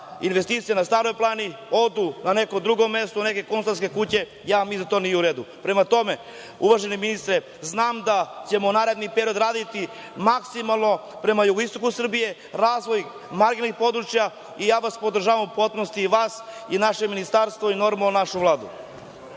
investicije na Staroj planini odu na neko drugo mesto, u neke konsultantske kuće, ja mislim da to nije u redu. Prema tome, uvaženi ministre, znam da ćemo u narednom periodu raditi maksimalno prema jugoistoku Srbije razvoj marginalnih područja i ja vas podržavam u potpunosti, i vas i naše ministarstvo, kao i našu Vladu.